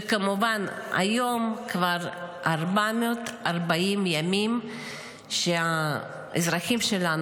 וכמובן היום כבר 440 ימים שהאזרחים שלנו,